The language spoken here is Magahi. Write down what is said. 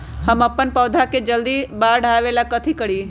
हम अपन पौधा के जल्दी बाढ़आवेला कथि करिए?